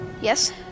Yes